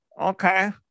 okay